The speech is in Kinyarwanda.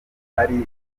hari